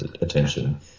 attention